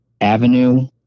Avenue